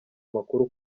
amakuru